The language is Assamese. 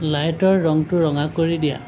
লাইটৰ ৰংটো ৰঙা কৰি দিয়া